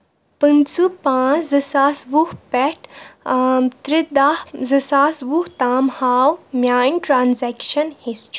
پٕنٛژٕہ پانٛژھ زٕ ساس وُہ پٮ۪ٹھ ترٛےٚ دہ زٕ ساس وُہ تام ہاو میانۍ ٹرانزیکشن ہسٹری